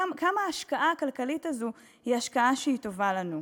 כמה ההשקעה הכלכלית הזאת היא השקעה שטובה לנו?